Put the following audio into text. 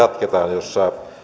jos